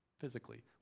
physically